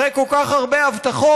אחרי כל כך הרבה הבטחות,